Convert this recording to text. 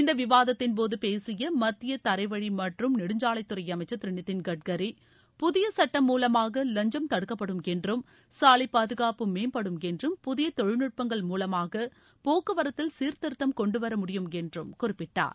இந்த விவாதத்தின்போது பேசிய மத்திய தரைவழி மற்றும் நெடுஞ்சாலைத்துறை அமைச்சர் திரு நிதின்கட்கரி புதிய சுட்டம் மூவமாக லஞ்சம் தடுக்கப்படும் என்றும் சாலை பாதுகாப்பு மேம்படும் என்றும் புதிய தொழில்நுட்பங்கள் மூலமாக போக்குவரத்தில் சீர்திருத்தம் கொண்டு வர முடியும் என்றும் குறிப்பிட்டார்